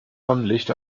sonnenlicht